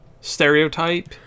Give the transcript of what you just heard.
stereotype